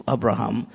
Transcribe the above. Abraham